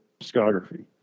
discography